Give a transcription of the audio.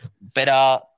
better